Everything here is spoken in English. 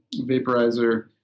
vaporizer